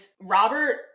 Robert